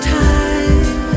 time